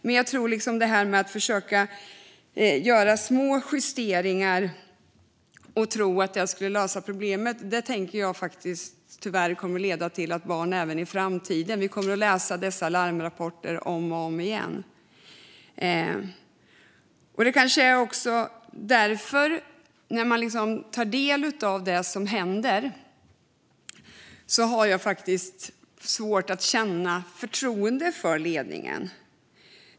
Men att göra små justeringar och tro att det skulle lösa problemet tror jag tyvärr kommer att leda till att barn far illa även i framtiden. Vi kommer att få läsa dessa larmrapporter om och om igen. När jag tar del av det som händer har jag faktiskt svårt att känna förtroende för ledningen.